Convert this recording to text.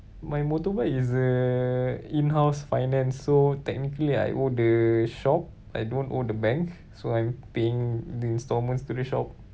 my motorbike is uh inhouse finance so technically I owe the shop I don't owe the bank so I'm paying the instalments to the shop